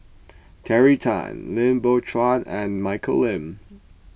Terry Tan Lim Biow Chuan and Michelle Lim